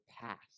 past